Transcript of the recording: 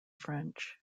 french